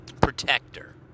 protector